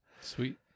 Sweet